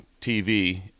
TV